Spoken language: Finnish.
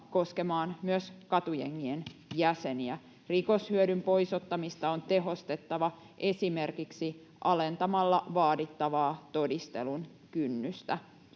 koskemaan myös katujengien jäseniä. Rikoshyödyn pois ottamista on tehostettava esimerkiksi alentamalla vaadittavaa todistelun kynnystä.